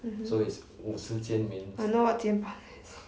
mmhmm I know what 肩膀 means